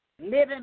Living